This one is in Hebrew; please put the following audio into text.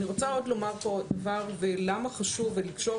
ואני רוצה לומר עוד דבר ולמה חשוב ולקשור